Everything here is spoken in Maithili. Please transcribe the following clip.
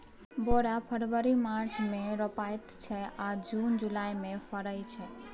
बोरा फरबरी मार्च मे रोपाइत छै आ जुन जुलाई मे फरय छै